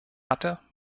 hatte